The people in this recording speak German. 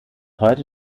heute